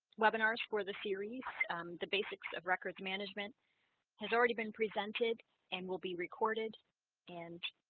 webinars for the series the basics of records management has already been presented and will be recorded and